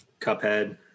Cuphead